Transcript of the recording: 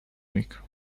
week